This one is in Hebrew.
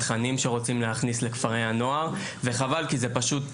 תכנים שרוצים להכניס לכפרי הנוער וחבל כי זה פשוט,